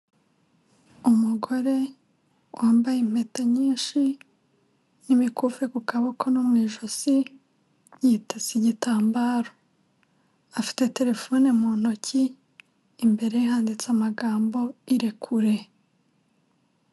Umugore wambaye impeta nyinshi n'imikufi ku kaboko no mu ijosi, yitaze igitambaro, afite telefone mu ntoki, imbere handitse amagambo irekure.